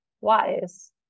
wise